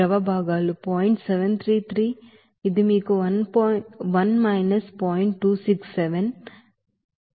733 ఇది మీకు 1 0